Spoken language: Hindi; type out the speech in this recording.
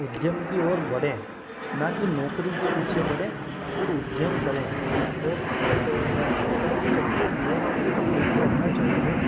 उद्यम की ओर बढ़ें ना कि नौकरी के पीछे पड़ें और उद्यम करें और सरक सरकार भी चाहती है और युवाओं को भी यही करना चाहिए